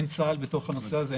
אין צה"ל בתוך הנושא הזה,